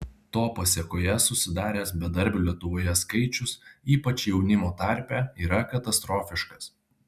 to pasėkoje susidaręs bedarbių lietuvoje skaičius ypač jaunimo tarpe yra katastrofiškas